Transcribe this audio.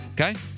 Okay